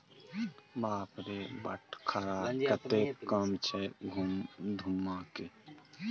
बाप रे बटखरा कतेक कम छै धुम्माके